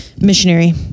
Missionary